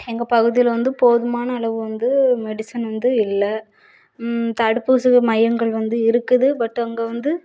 எங்கள் பகுதியில் வந்து போதுமான அளவு வந்து மெடிசன் வந்து இல்லை தடுப்பூசி மையங்கள் வந்து இருக்குது பட் அங்கே வந்து